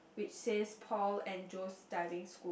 which says Paul and Joe's Diving School